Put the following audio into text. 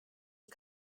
and